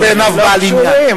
שלא יהיה בעיניו בעל עניין.